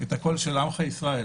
את הקול של עמך ישראל.